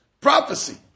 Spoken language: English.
prophecy